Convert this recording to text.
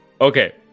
Okay